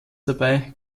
dabei